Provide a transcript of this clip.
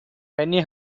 penny